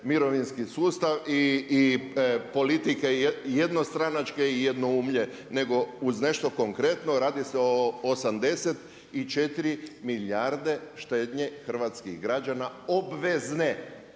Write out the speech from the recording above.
mirovinski sustav i politike jednostranačke i jednoumlje nego uz nešto konkretno. Radi se o 84 milijarde štednje hrvatskih građana obvezne.